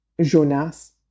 Jonas